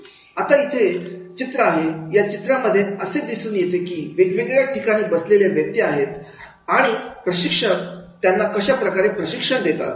आता इथे चित्र आहे यामध्ये असे दिसते की व्यक्ती हे वेगवेगळ्या ठिकाणी बसलेले आहेत आणि प्रशिक्षक त्यांना कशाप्रकारे प्रशिक्षण देतात